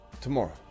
tomorrow